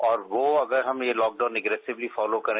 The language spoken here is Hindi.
और वो अगर हम ये तॉकडाउन एग्रीसीक्ली छॉलो करें